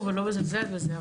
אני לא מזלזלת בזה,